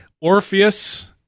Orpheus